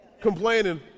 complaining